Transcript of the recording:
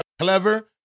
Clever